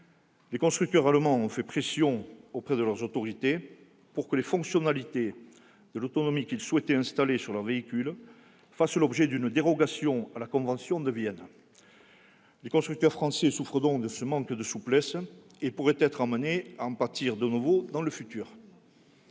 Les constructeurs allemands ont fait pression sur leurs autorités pour que les fonctionnalités d'autonomie qu'ils souhaitaient installer sur leurs véhicules fassent l'objet d'une dérogation à la convention de Vienne. Les constructeurs français souffrent d'un manque de souplesse et pourraient être amenés à en pâtir de nouveau dans le futur.